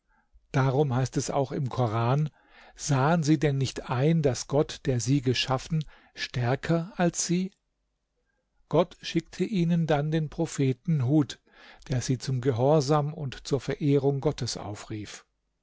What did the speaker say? drum heißt es auch im koran sahen sie denn nicht ein daß gott der sie geschaffen stärker als sie gott schickte ihnen dann den propheten hud der sie zum gehorsam und zur verehrung gottes aufrief